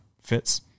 fits